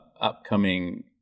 upcoming